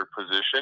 position